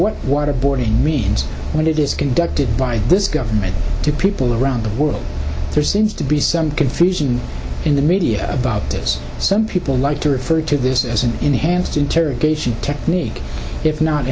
what waterboarding means and it is conducted by this government to people around the world there seems to be some confusion in the media about this some people like to refer to this as an enhanced interrogation technique if not